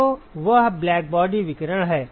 तो वह ब्लैकबॉडी विकिरण है